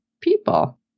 people